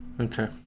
Okay